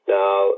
now